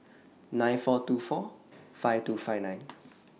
nine four two four five two five nine